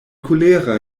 kolera